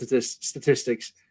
statistics